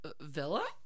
Villa